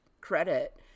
credit